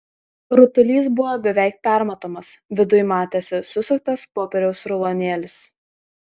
rutulys buvo beveik permatomas viduj matėsi susuktas popieriaus rulonėlis